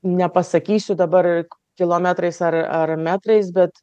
nepasakysiu dabar kilometrais ar ar metrais bet